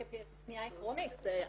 פניה עקרונית אלינו לשנות את הנוהל.